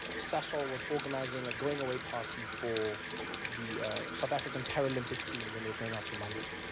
sasol was organizing a going away party for the south african paralympic team. when they were going out to london.